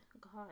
God